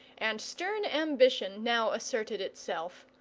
and stern ambition now asserted itself.